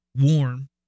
warm